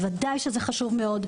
ובוודאי שזה מאוד חשוב.